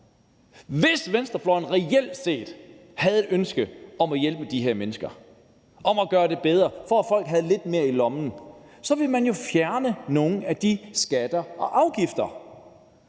Hvis venstrefløjen reelt set havde et ønske om at hjælpe de her mennesker, om at gøre det bedre, for at folk havde lidt mere i lommen, så ville man jo fjerne nogle af de skatter og afgifter.